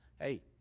Hey